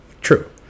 True